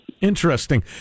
Interesting